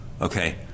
Okay